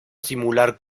simular